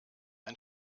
ein